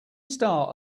star